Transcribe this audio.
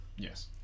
Yes